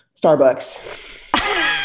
Starbucks